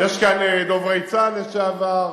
יש כאן דוברי צה"ל לשעבר,